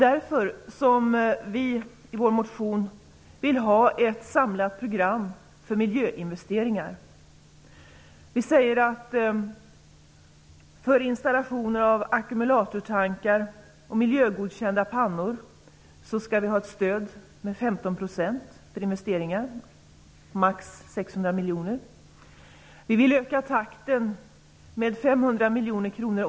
Därför vill vi i vår motion ha ett samlat program för miljöinvesteringar. Vi säger att det skall finnas ett stöd med 15 % för investeringar, max 600 miljoner, när det gäller installation av ackumulatortankar och miljögodkända pannor.